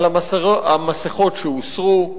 על המסכות שהוסרו,